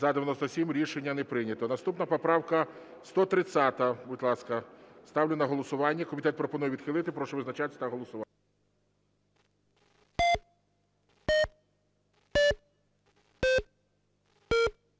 За-97 Рішення не прийнято. Наступна поправка 130, будь ласка. Ставлю на голосування. Комітет пропонує відхилити. Прошу визначатись та голосувати.